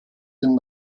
den